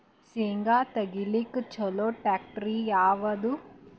ಶೇಂಗಾ ತೆಗಿಲಿಕ್ಕ ಚಲೋ ಟ್ಯಾಕ್ಟರಿ ಯಾವಾದು?